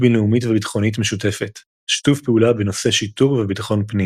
בינלאומית וביטחונית משותפת; שיתוף פעולה בנושא שיטור וביטחון פנים.